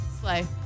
Slay